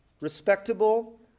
respectable